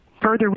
Further